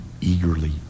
eagerly